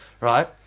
Right